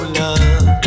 love